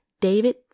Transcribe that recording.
David